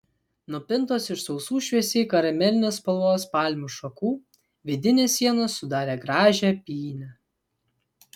nupintos iš sausų šviesiai karamelinės spalvos palmių šakų vidinės sienos sudarė gražią pynę